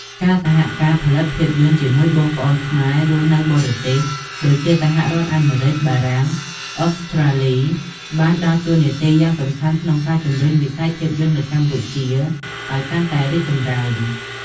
ការសហការផលិតភាពយន្តជាមួយបងប្អូនខ្មែររស់នៅបរទេស ដូចជាសហរដ្ឋអាមេរិក បារាំង និងអូស្ត្រាលី បានដើរតួនាទីយ៉ាងសំខាន់ក្នុងការជំរុញវិស័យភាពយន្តនៅកម្ពុជាឱ្យកាន់តែរីកចម្រើន។